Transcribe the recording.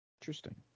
Interesting